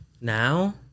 Now